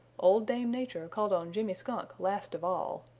old dame nature called on jimmy skunk last of all.